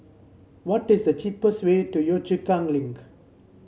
what is the cheapest way to Yio Chu Kang Link